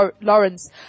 Lawrence